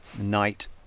night